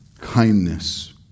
kindness